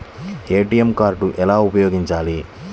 ATM card ఎలా ఉపయోగించాలి?